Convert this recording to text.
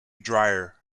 drier